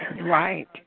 Right